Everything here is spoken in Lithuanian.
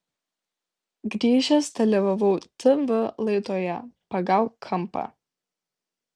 grįžęs dalyvavau tv laidoje pagauk kampą